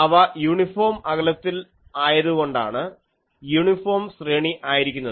അവ യൂണിഫോം അകലത്തിൽ ആയതുകൊണ്ടാണ് യൂണിഫോം ശ്രേണി ആയിരിക്കുന്നത്